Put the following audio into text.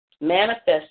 manifest